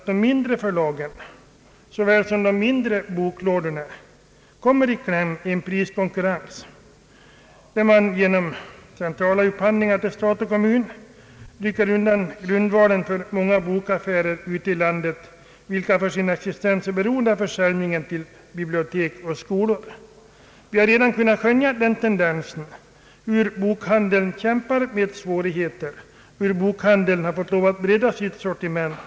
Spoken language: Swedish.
De mindre förlagen såväl som de mindre boklådorna kan komma i kläm i priskonkurrensen när man genom centrala upphandlingar till stat och kommun rycker undan grundvalen för många bokaffärer ute i landet, vilka för sin existens är beroende av försäljningen till bibliotek och skolor. Vi har redan kunnat skönja den tendensen, vi ser hur bokhandeln kämpar med svårigheter och har måst bredda sitt sortiment.